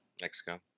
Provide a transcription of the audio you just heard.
Mexico